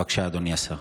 בבקשה, אדוני השר.